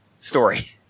story